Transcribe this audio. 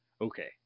okay